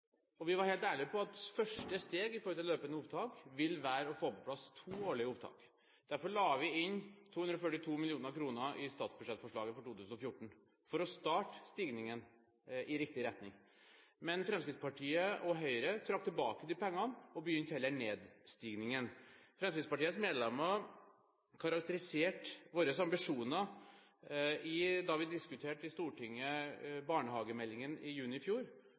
og vi var helt ærlige på at første steg mot løpende opptak vil være å få på plass to årlige opptak. Derfor la vi inn 242 mill. kr i forslaget til statsbudsjett for 2014, for å starte stigningen, altså i riktig retning. Men Fremskrittspartiet og Høyre trakk tilbake de pengene og begynte heller nedstigningen. Da vi diskuterte barnehagemeldingen i Stortinget i juni i fjor,